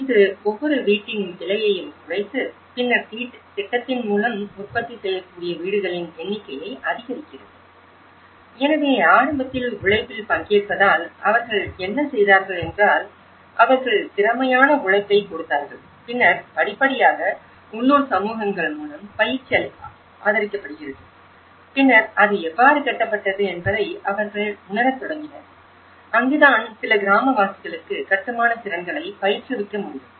இது ஒவ்வொரு வீட்டின் விலையையும் குறைத்து பின்னர் திட்டத்தின் மூலம் உற்பத்தி செய்யக்கூடிய வீடுகளின் எண்ணிக்கையை அதிகரிக்கிறது எனவே ஆரம்பத்தில் உழைப்பில் பங்கேற்பதால் அவர்கள் என்ன செய்தார்கள் என்றால் அவர்கள் திறமையான உழைப்பைக் கொடுத்தார்கள் பின்னர் படிப்படியாக உள்ளூர் சமூகங்கள் மூலம் பயிற்சி ஆதரிக்கப்படுகிறது பின்னர் அது எவ்வாறு கட்டப்பட்டது என்பதை அவர்கள் உணரத் தொடங்கினர் அங்குதான் சில கிராமவாசிகளுக்கு கட்டுமானத் திறன்களைப் பயிற்றுவிக்க முடியும்